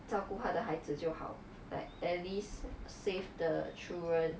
照顾她的孩子就好 like at least save the children